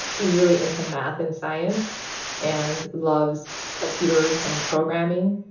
he's really into math and science and loves computers and programming.